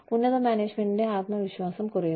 ഉന്നത മാനേജ്മെന്റിന്റെ ആത്മവിശ്വാസം കുറയുന്നു